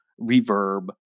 reverb